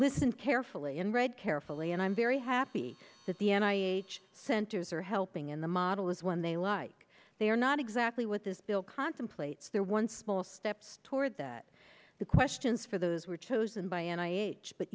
listen carefully and read carefully and i'm very happy that the n i centers are helping in the model is one they like they are not exactly what this bill contemplates they're one small steps toward that the questions for those were chosen by and i h but